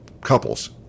couples